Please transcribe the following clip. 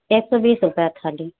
एक सौ बीस रुपये थाली